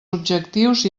objectius